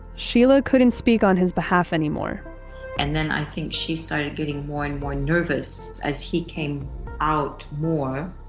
sheela couldn't speak on his behalf anymore and then i think she started getting more and more nervous. as he came out more,